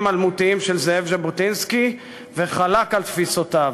אלמותיים של זאב ז'בוטינסקי וחלק על תפיסותיו,